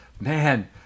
Man